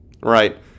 right